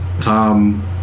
Tom